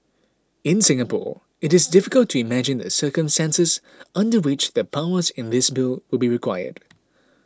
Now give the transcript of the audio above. in Singapore it is difficult to imagine the circumstances under which the powers in this Bill would be required